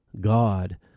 God